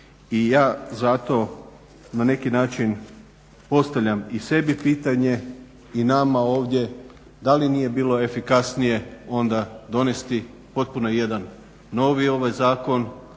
i ja zato na neki način postavljam i sebi pitanje i nama ovdje da li nije bilo efikasnije onda donesti potpuno jedan novi zakon